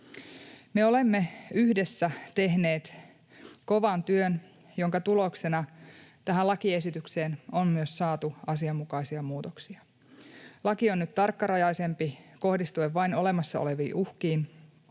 Me olemme yhdessä tehneet kovan työn, jonka tuloksena tähän lakiesitykseen on myös saatu asianmukaisia muutoksia. Laki on nyt tarkkarajaisempi, kohdistuen vain olemassa oleviin uhkiin,